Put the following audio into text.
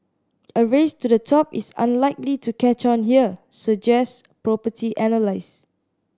a race to the top is unlikely to catch on here suggest property analyst